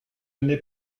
n’est